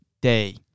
day